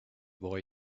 boy